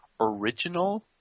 original